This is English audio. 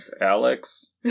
Alex